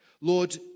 Lord